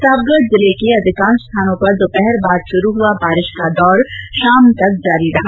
प्रतापगढ जिले के अधिकांश स्थानों पर दोपहर बाद शुरू हुआ बारिश को दौर शाम तक जारी रहा